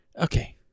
Okay